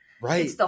right